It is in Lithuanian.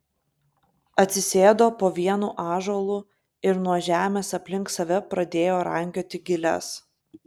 atsisėdo po vienu ąžuolu ir nuo žemės aplink save pradėjo rankioti giles